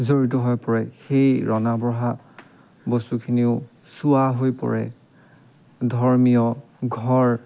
জড়িত হৈ পৰে সেই ৰন্ধা বঢ়া বস্তুখিনিও চুৱা হৈ পৰে ধৰ্মীয় ঘৰ